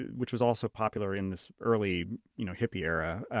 which was also popular in this early you know hippie era,